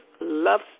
love